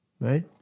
right